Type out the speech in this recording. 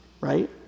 right